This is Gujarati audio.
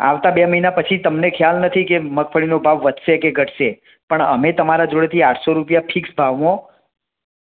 આવતા બે મહિના પછી તમને ખ્યાલ નથી કે મગફળીનો ભાવ વધશે કે ઘટશે પણ અમે તમારા જોડેથી આઠસો રૂપિયા ફિક્સ ભાવમાં